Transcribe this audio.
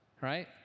Right